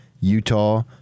Utah